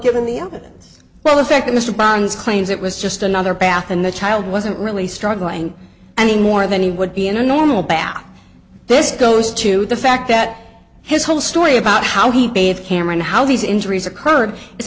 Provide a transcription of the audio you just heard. given the evidence well the fact that mr bond's claims it was just another bath in the child wasn't really struggling any more than he would be in a normal bath this goes to the fact that his whole story about how he behaved cameron how these injuries occurred i